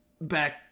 back